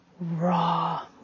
raw